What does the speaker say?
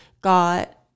got